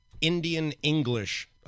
Indian-English